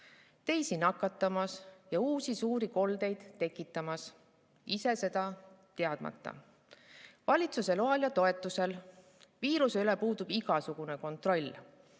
teisi nakatamas ja uusi suuri koldeid tekitamas, ise seda teadmata, valitsuse loal ja toetusel. Viiruse üle puudub igasugune kontroll.